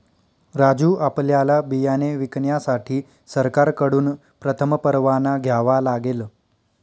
राजू आपल्याला बियाणे विकण्यासाठी सरकारकडून प्रथम परवाना घ्यावा लागेल